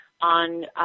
on